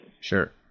Sure